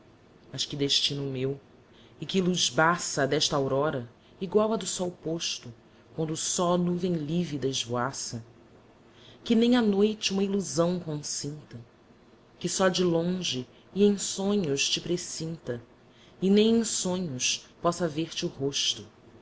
mas que destino o meu e que luz baça a d'esta aurora igual á do sol posto quando só nuvem livida esvoaça que nem a noite uma illusão consinta que só de longe e em sonhos te presinta e nem em sonhos possa ver-te o rosto